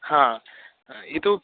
हा इतोपि